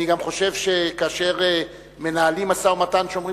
אני גם חושב שכאשר מנהלים משא-ומתן ואומרים